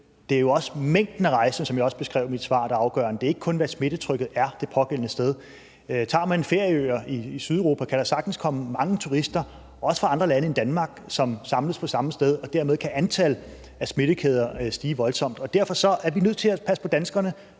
er det jo også mængden af rejsende, som jeg også beskrev i mit svar, der er afgørende. Det er ikke kun, hvad smittetrykket er det pågældende sted. Tager man ferieøer i Sydeuropa, kan der sagtens komme mange turister, også fra andre lande end Danmark, som samles på samme sted, og dermed kan antallet af smittekæder stige voldsomt. Derfor er vi nødt til at passe på danskerne,